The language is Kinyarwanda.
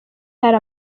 hari